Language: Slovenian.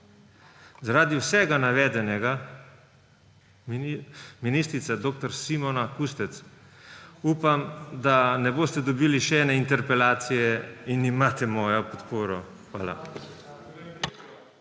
Zaradi vsega navedenega, ministrica dr. Simona Kustec, upam, da ne boste dobili še ene interpelacije in imate mojo podporo. Hvala.